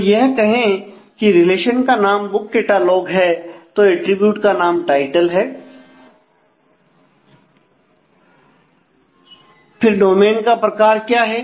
तो यह कहे की रिलेशन का नाम बुक कैटलॉग है तो एट्रिब्यूट का नाम टाइटल है फिर डोमेन का प्रकार क्या है